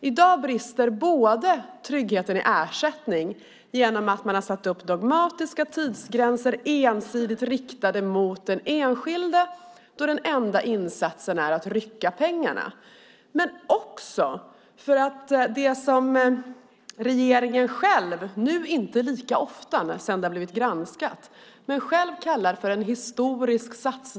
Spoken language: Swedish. I dag brister tryggheten i ersättning genom att man har satt upp dogmatiska tidsgränser ensidigt riktade mot den enskilde, då den enda insatsen är att rycka pengarna. Men det handlar också om det som regeringen själv kallar för en historisk satsning på rehabilitering - det sker inte lika ofta nu sedan det har blivit granskat.